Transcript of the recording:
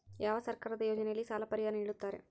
ಯಾವ ಸರ್ಕಾರದ ಯೋಜನೆಯಲ್ಲಿ ಸಾಲ ಪರಿಹಾರ ನೇಡುತ್ತಾರೆ?